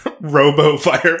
robo-Fire